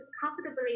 comfortably